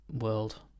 world